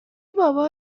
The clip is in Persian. بابا